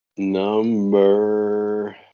number